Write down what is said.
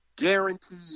Guaranteed